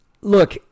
look